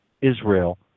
Israel